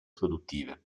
produttive